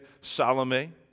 Salome